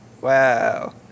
Wow